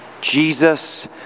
Jesus